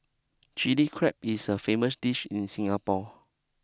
Chilli Crab is a famous dish in Singapore